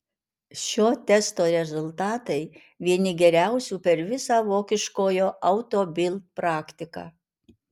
šio testo rezultatai vieni geriausių per visą vokiškojo auto bild praktiką